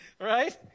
right